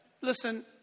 Listen